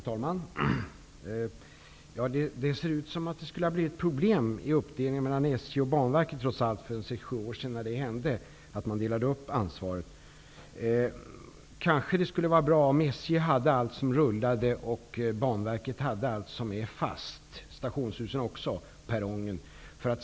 Herr talman! Det ser ut som om det skulle ha blivit problem vid uppdelningen av ansvaret mellan Banverket och SJ för sex, sju år sedan. Kanske skulle det vara bra om SJ hade ansvaret för allt som rullade och Banverket för allt det som är fast, också stationshusen och perrongerna.